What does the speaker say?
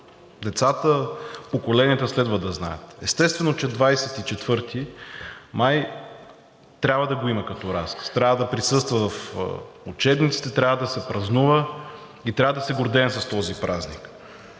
децата, поколенията следва да знаят. Естествено, че 24 май трябва да го има като разказ, трябва да присъства в учебниците, трябва да се празнува и трябва да се гордеем с този празник.